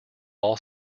all